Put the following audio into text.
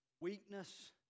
weakness